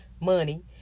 money